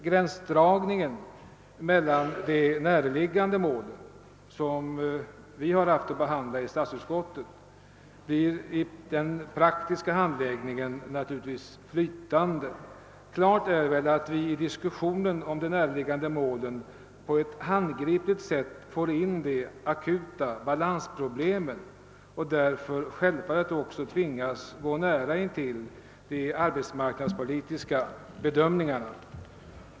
Gränsdragningen mot de närliggande målen — som statsutskottet behandlat — blir i den praktiska handläggningen flytande. Klart är väl att vi i diskussionen om de närliggande målen på ett handgripligt sätt får in de akuta balansproblemen och därför också självfallet tvingas gå nära intill de arbetsmarknadspolitiska bedömningarna.